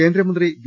കേന്ദ്ര മന്ത്രി വി